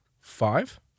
five